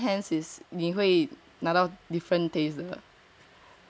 different hands is 你会拿到 different taste 的